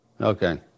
Okay